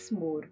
more